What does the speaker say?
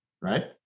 Right